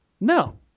No